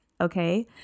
Okay